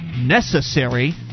necessary